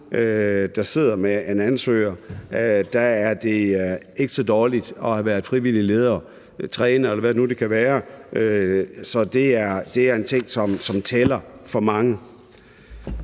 der sidder med en ansøger, ikke er dårligt, at vedkommende har været frivillig leder, træner, eller hvad det nu kan være. Så det er en ting, som tæller for mange.